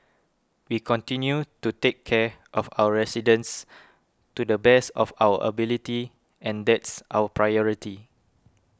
we continue to take care of our residents to the best of our ability and that's our priority